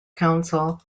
council